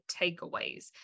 takeaways